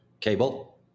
Cable